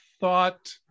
thought